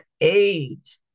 age